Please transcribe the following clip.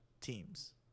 teams